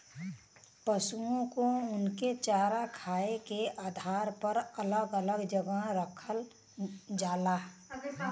पसुओ को उनके चारा खाए के आधार पर अलग अलग जगह रखल जाला